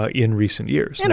ah in recent years. and